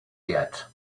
yet